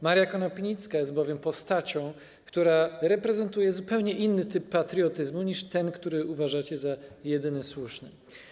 Maria Konopnicka jest bowiem postacią, która reprezentuje zupełnie inny typ patriotyzmu niż ten, który uważacie za jedyny słuszny.